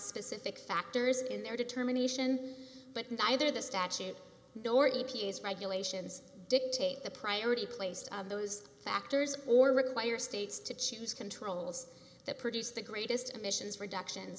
specific factors in their determination but neither the statute nor e p a regulations dictate the priority placed of those factors or require states to choose controls that produce the greatest emissions reduction